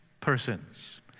persons